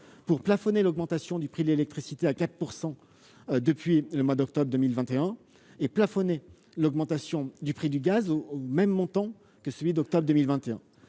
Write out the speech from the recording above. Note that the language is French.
pour plafonner l'augmentation du prix de l'électricité à 4 % depuis le mois d'octobre 2021, et l'augmentation du prix du gaz au même montant que celui d'octobre 2021.